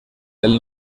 del